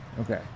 Okay